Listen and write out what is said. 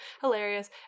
hilarious